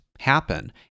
happen